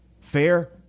Fair